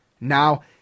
Now